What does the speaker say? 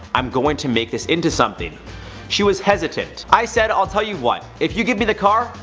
i'm going to make this into something she was hesitant. i said, i'll tell you what, if you give me the car,